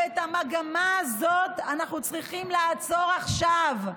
ואת המגמה הזאת אנחנו צריכים לעצור עכשיו.